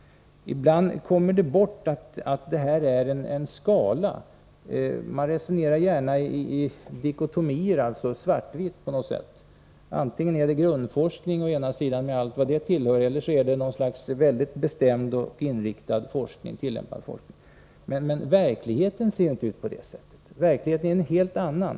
Ibland glömmer man bort att det är fråga om en skala. Man resonerar gärna i dikotomier, alltså i svart och vitt. Antingen är det grundforskning med allt vad som den tillhör eller något slags väldigt bestämt inriktad tillämpad forskning. Men verkligheten är en helt annan.